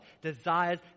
desires